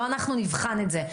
לא אנחנו נבחן את זה.